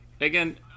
Again